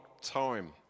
time